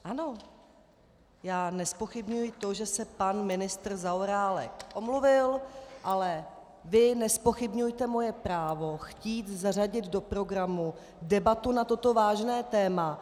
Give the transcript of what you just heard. Ano, já nezpochybňuji to, že se pan ministr Zaorálek omluvil, ale vy nezpochybňujte moje právo chtít zařadit do programu debatu na toto vážné téma.